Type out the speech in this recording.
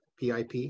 PIP